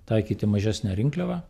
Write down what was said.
taikyti mažesnę rinkliavą